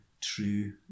true